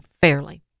fairly